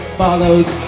follows